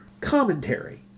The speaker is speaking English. commentary